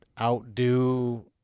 outdo